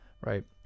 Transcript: Right